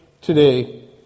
today